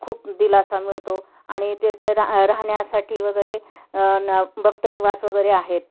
खूप दिलासा मिळतो आणि तेथ रा राहण्यासाठी वगैरे व न भक्त निवास वगैरे आहेत